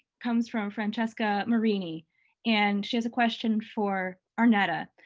comes from francesca marini and she has a question for arnetta.